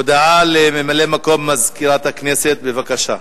הודעה לסגן מזכירת הכנסת, בבקשה.